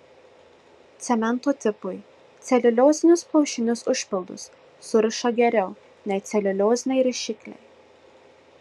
cemento tipui celiuliozinius plaušinius užpildus suriša geriau nei celiulioziniai rišikliai